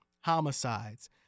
homicides